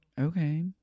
Okay